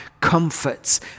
comforts